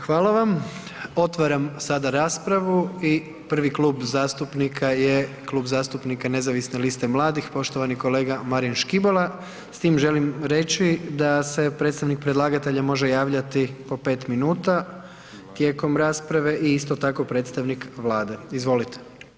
Hvala vam, otvaram sada raspravu i prvi klub zastupnika je Klub zastupnika nezavisne liste mladih, poštovani kolega Marin Škibola s tim želim reći da se predstavnik predlagatelja može javljati po 5 minuta tijekom rasprave i isto tako predstavnik Vlade, izvolite.